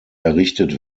errichtet